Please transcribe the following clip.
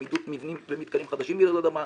עמידות מבנים ומתקנים חדשים ברעידות אדמה,